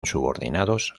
subordinados